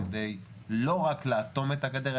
כדי לא רק לאטום את הגדר,